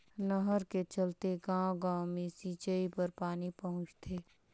नहर के चलते गाँव गाँव मे सिंचई बर पानी पहुंचथे